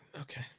Okay